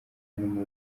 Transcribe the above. harimo